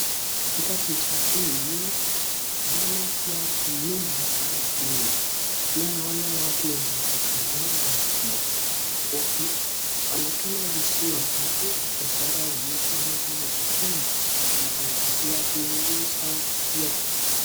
Katika picha hii naona viatu mingi sana mno, pia naona watu wenye wako kando yake, ukionekana vizuri hii ni biashara ya mtu anafanya vipi, anafanya kazi ya kuuza viatu.